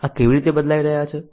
આ કેવી રીતે બદલાઈ રહ્યા છે